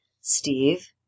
Steve